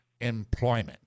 employment